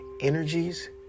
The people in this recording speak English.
energies